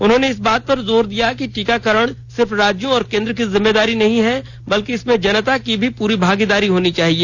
उन्होंने इस बात पर जोर दिया कि टीकाकरण सिर्फ राज्यों और केंद्र की जिम्मेदारी नहीं है बल्कि इसमें जनता की भी पूरी भागीदारी होनी चाहिए